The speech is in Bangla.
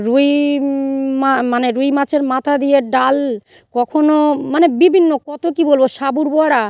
রুই মা মানে রুই মাছের মাথা দিয়ে ডাল কখনও মানে বিভিন্ন কত কী বলব সাবুর বড়া